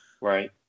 Right